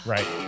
Right